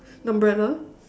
the umbrella